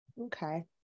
okay